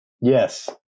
yes